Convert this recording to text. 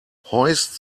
hoist